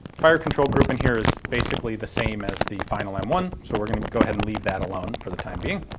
fire control group in here is basically the same as the final m one, so we're going to go ahead and leave that alone for the time being,